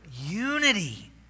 unity